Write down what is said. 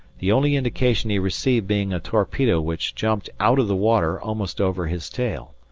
the only indication he received being a torpedo which jumped out of the water almost over his tail.